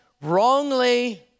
wrongly